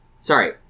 Sorry